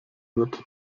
wird